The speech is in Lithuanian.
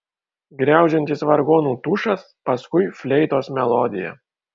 griaudžiantis vargonų tušas paskui fleitos melodija